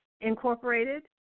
Incorporated